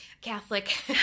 Catholic